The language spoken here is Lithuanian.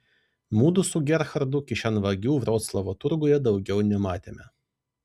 mudu su gerhardu kišenvagių vroclavo turguje daugiau nematėme